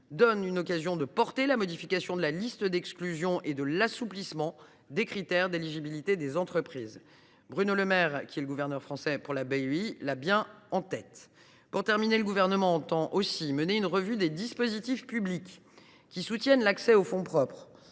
donne l’occasion de porter la modification de la liste d’exclusion et de l’assouplissement des critères d’éligibilité des entreprises. Bruno Le Maire, qui est le gouverneur français pour la BEI, a bien cet élément en tête. Enfin, le Gouvernement entend aussi mener une revue des dispositifs publics qui soutiennent l’accès aux fonds propres